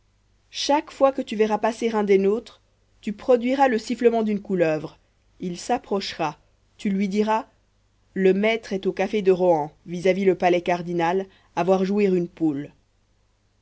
chaque fois que tu verras passer un des nôtres tu produiras le sifflement d'une couleuvre il s'approchera tu lui diras le maître est au café de rohan vis à vis le palais cardinal à voir jouer une poule